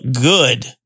good